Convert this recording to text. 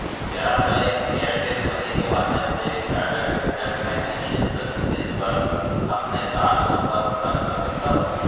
क्या मैं Airtel Money के माध्यम से टाटा कैपिटल फाइनेंशियल सर्विसेस पर अपने कार लोन का भुगतान कर सकता हूँ